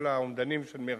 כל האומדנים של מרחקים,